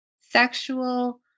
sexual